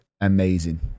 amazing